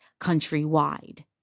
countrywide